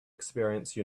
experience